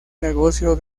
negocio